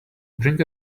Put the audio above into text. bring